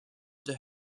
known